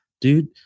dude